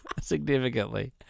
significantly